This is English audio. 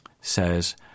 says